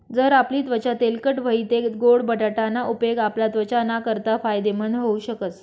जर आपली त्वचा तेलकट व्हयी तै गोड बटाटा ना उपेग आपला त्वचा नाकारता फायदेमंद व्हऊ शकस